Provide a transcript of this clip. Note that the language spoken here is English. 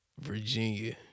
Virginia